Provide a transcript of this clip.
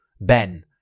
Ben